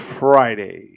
friday